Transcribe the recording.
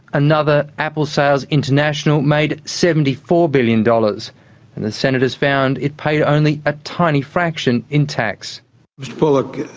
another, apple sales international, made seventy four billion dollars and the senators found it paid only a tiny fraction in tax. mr bullock,